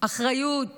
אחריות